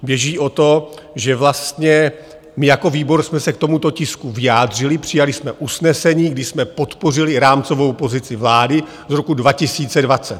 Běží o to, že vlastně my jako výbor jsme se k tomuto tisku vyjádřili, přijali jsme usnesení, kdy jsme podpořili rámcovou pozici vlády z roku 2020.